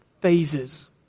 phases